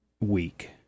week